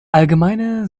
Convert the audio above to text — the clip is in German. allgemeine